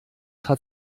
hat